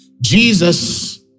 Jesus